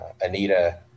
Anita